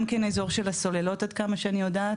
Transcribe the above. גם כן אזור של הסוללות עד כמה שאני יודעת,